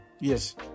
yes